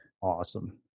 Awesome